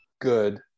good